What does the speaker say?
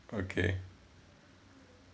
okay